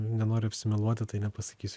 nenoriu apsimeluoti tai nepasakysiu